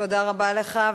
תודה רבה לך.